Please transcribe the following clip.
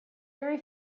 very